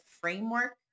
framework